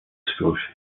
scotia